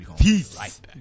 Peace